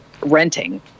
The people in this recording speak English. renting